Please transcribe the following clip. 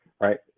right